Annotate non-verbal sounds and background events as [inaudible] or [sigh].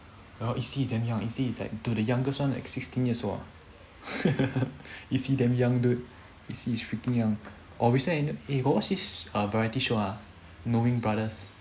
well itzy is damn young itzy is like dude the youngest one like sixteen years old [laughs] itzy damn young dude itzy is freaking young oh recently eh got watch this variety show ah knowing brothers